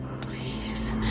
Please